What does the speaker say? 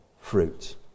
fruit